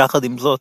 יחד עם זאת,